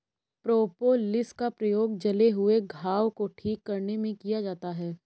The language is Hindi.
प्रोपोलिस का प्रयोग जले हुए घाव को ठीक करने में किया जाता है